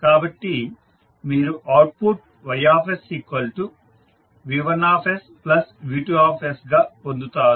కాబట్టి మీరు output YsV1 V2 గా పొందుతారు